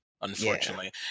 unfortunately